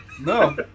No